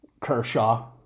Kershaw